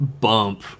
bump